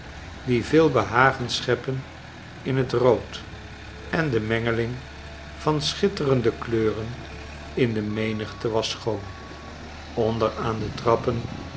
die veel behagen scheppen in het rood en de mengeling van schiterende kleuren in de menigte was schoon onder aan de trappen